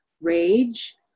rage